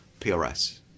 prs